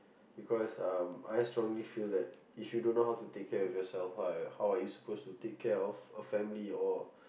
because um I strongly feel that if you don't know how to take care of yourself right how are supposed to take care of a family or